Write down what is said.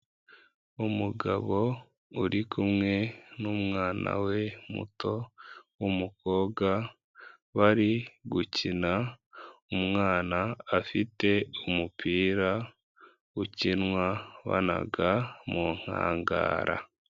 Umugabo uri kumwe n'umwana we muto, wumukobwa. Bari gukina, umwana afite umupira ukinwa banaga mu nkangara.